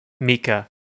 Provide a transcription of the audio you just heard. Mika